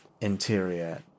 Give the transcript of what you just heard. interior